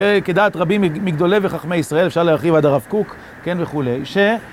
כדעת רבים, מגדולי וחכמי ישראל, אפשר להרחיב עד הרב קוק, כן, וכולי, ש...